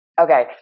Okay